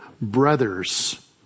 brothers